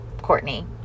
Courtney